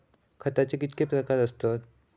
खताचे कितके प्रकार असतत?